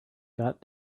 got